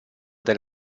del